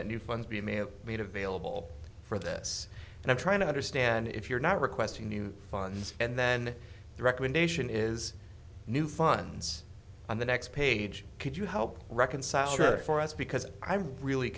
that new funds be may have made available for this and i'm trying to understand if you're not requesting new funds and then the recommendation is new funds on the next page could you help reconcile her for us because i'm really